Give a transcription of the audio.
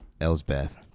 Elsbeth